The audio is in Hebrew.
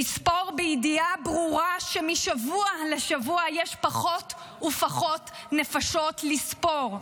נספור בידיעה ברורה שמשבוע לשבוע יש פחות ופחות נפשות לספור.